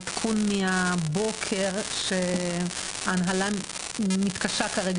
העדכון מהבוקר שההנהלה מתקשה כרגע